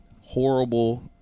horrible